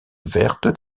verte